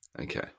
Okay